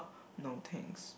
no thanks